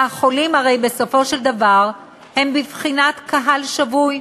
והחולים בסופו של דבר הם הרי בבחינת קהל שבוי,